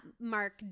Mark